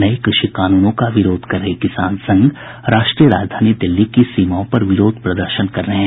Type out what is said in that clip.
नए कृषि कानूनों का विरोध कर रहे किसान संघ राष्ट्रीय राजधानी दिल्ली की सीमाओं पर विरोध प्रदर्शन कर रहे हैं